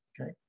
okay